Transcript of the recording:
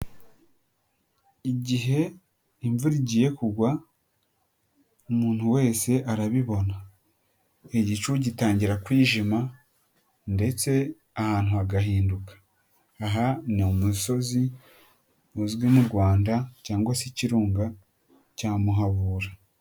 Igihe imvura igiye kugwa, umuntu wese arabibona, igicu gitangira kwijima ndetse ahantu hagahinduka. Aha ni umusozi uzwi mu Rwanda cyangwa se ikirunga cya Muhabura.